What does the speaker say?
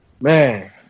Man